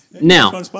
Now